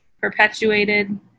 perpetuated